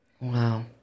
Wow